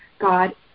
God